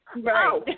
Right